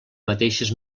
mateixes